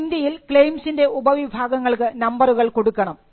ഇവിടെ ഇന്ത്യയിൽ ക്ളെയിംസിൻറെ ഉപവിഭാഗങ്ങൾക്ക് നമ്പറുകൾ കൊടുക്കണം